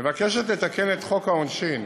מבקשת לתקן את חוק העונשין,